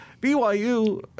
BYU